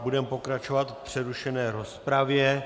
Budeme pokračovat v přerušené rozpravě.